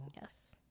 Yes